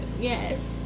yes